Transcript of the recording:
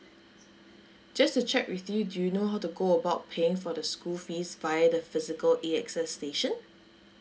just to check with you do you know how to go about paying for the school fees via the physical A_X_S station